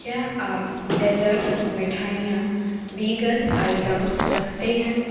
क्या आप डेजर्ट्स मिठाईयाँ बीगन आइटम्स रखते हैं